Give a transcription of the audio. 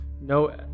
no